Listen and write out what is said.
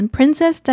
Princess